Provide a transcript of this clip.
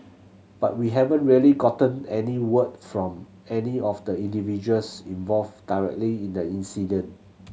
but we haven't really gotten any word from any of the individuals involved directly in the incident